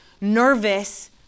nervous